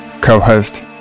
co-host